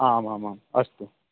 आम् आम् आम् अस्तु